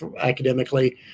academically